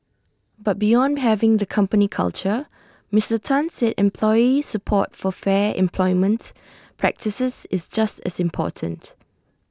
but beyond having the company culture Mister Tan said employee support for fair employment practices is just as important